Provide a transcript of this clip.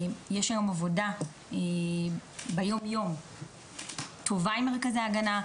יש היום עבודה טובה ביום-יום עם מרכזי ההגנה,